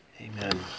Amen